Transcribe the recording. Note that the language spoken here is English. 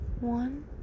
One